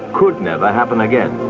could never happen again.